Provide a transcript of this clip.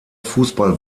fußball